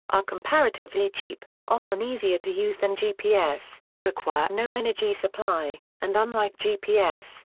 are comparatively cheap, often easier to use than gps, require no energy supply, and unlike gps,